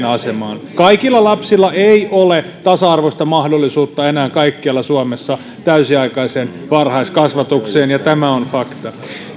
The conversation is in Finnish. asemaan kaikilla lapsilla ei ole tasa arvoista mahdollisuutta enää kaikkialla suomessa täysiaikaiseen varhaiskasvatukseen ja tämä on fakta